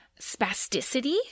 spasticity